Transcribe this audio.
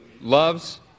loves